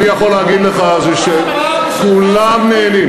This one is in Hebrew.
כולם נהנים.